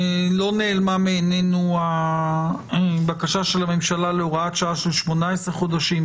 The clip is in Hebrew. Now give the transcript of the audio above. לא נעלמה מעינינו הבקשה של הממשלה להוראת שעה של 18 חודשים,